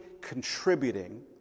contributing